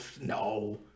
no